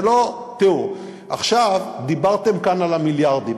תראו, עכשיו דיברתם כאן על המיליארדים.